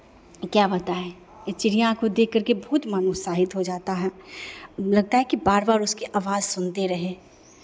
क्या बताएँ ये चिड़ियाँ को देख करके बहुत मन उत्साहित हो जाता है लगता है कि बार बार उसकी अवाज सुनते रहें